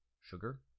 sugar